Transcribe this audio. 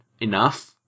enough